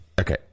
Okay